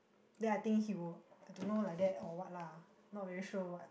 then I think he will don't know like that or what lah not very sure what